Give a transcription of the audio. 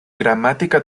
gramática